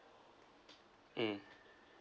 mm